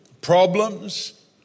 problems